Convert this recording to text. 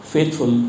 faithful